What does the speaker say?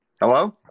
Hello